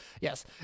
yes